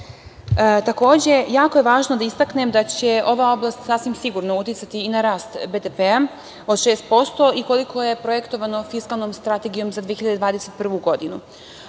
Srbiji. Takođe, jako je važno da istaknem da će ova oblast sasvim sigurno uticati i na rast BDP od 6% i koliko je projektovano fiskalnom strategijom za 2021. godinu. Ovde